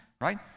right